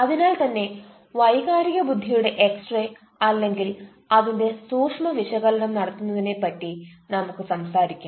അതിനാൽ തന്നെ വൈകാരിക ബുദ്ധിയുടെ എക്സ് റേ അല്ലെങ്കിൽ അതിന്റെ സൂഷ്മ വിശകലനം നടത്തുന്നതിനെ പറ്റി നമുക്ക് സംസാരിക്കാം